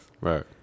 Right